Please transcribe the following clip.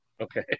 Okay